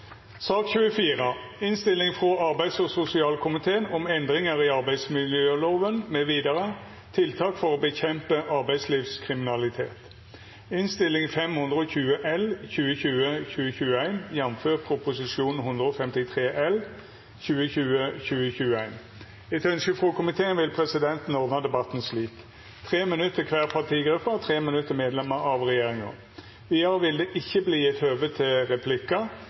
sak nr. 23. Etter ynske frå arbeids- og sosialkomiteen vil presidenten ordna debatten slik: 3 minutt til kvar partigruppe og 3 minutt til medlemer av regjeringa. Vidare vil det ikkje verta gjeve høve til replikkar,